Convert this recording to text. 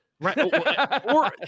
right